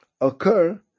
occur